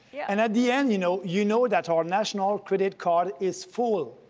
yeah and at the end, you know, you know that our national credit card is full.